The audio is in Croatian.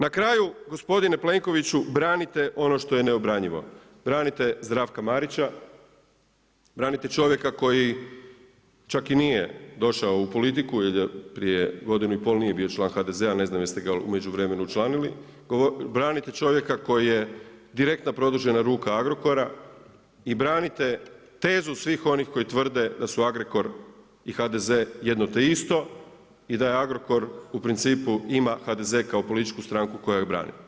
Na kraju gospodine Plenkoviću branite ono što je neobranjivo, branite Zdravka Marića, branite čovjeka koji čak i nije došao u politiku jer prije godinu i pol nije bio član HDZ-a, ne znam jeste ga u međuvremenu učlanici, branite čovjeka koji je direktna produžena ruka Agrokora i branite tezu svih onih koji tvrde da su Agrokor i HDZ jedno te isto i da je Agrokor u principu ima HDZ kao političku stranku koja ga brani.